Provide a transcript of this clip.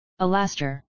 Alaster